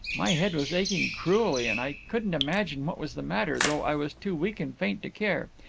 my head was aching cruelly and i couldn't imagine what was the matter, though i was too weak and faint to care.